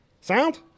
Sound